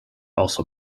also